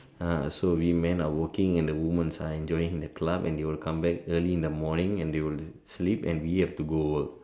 ah so we men are working and the women's are enjoying the club and they will come back early in the morning and will sleep and we have to go work